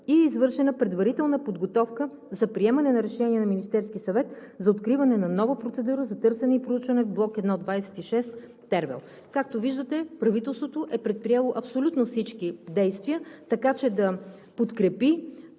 и е извършена предварителна подготовка за приемане на Решение на Министерския съвет за откриване на нова процедура за търсене и проучване в „Блок 1 – 26 Тервел“. Както виждате, правителството е предприело абсолютно всички действия, така че да подкрепи